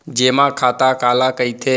जेमा खाता काला कहिथे?